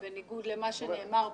בניגוד למה שנאמר פה.